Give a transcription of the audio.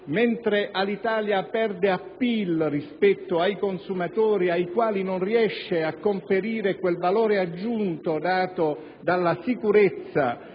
mentre Alitalia perde *appeal* rispetto ai consumatori, ai quali non riesce a conferire quel valore aggiunto dato dalla sicurezza